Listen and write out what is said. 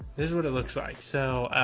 this is what it looks like. so,